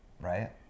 right